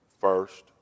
first